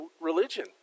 religion